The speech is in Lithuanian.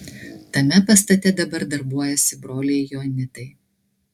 tame pastate dabar darbuojasi broliai joanitai